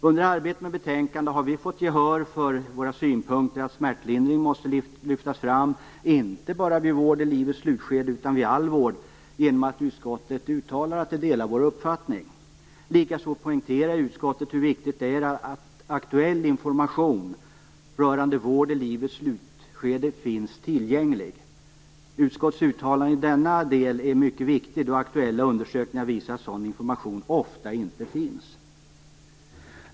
Under arbetet med betänkandet har vi fått gehör för våra synpunkter, nämligen att smärtlindringen måste lyftas fram inte bara vid vård i livets slutskede utan vid all vård, i och med att man i utskottet uttalar att man delar vår uppfattning. Likaså poängterar utskottet hur viktigt det är att aktuell information rörande vård i livets slutskede finns tillgänglig. Utskottets uttalande i denna del är mycket viktigt, eftersom aktuella undersökningar visar att sådan information ofta inte finns.